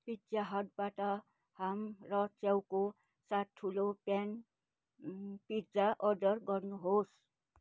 pizza हटबाट ham र च्याउको साथ ठुलो प्यान अँ पिज्जा अर्डर गर्नुहोस्